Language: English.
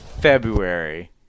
february